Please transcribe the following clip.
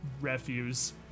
refuse